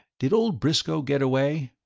did old briscoe get away?